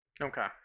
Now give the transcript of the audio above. Okay